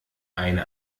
eine